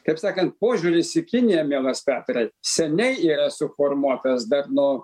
kaip sakant požiūris į kiniją mielas petrai seniai yra suformuotas dar nuo